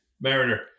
Mariner